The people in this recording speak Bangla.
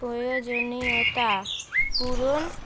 প্রয়োজনীয়তা পূরণ